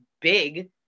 big